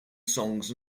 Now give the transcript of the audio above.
songs